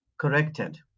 Corrected